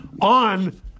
on